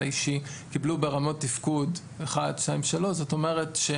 האישי קיבלו ברמות תפקוד 3,2,1. זאת אומרת,